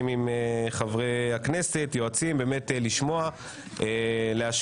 עם חברי הכנסת ועם היועצים כדי לשמוע ולהשמיע.